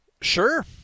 Sure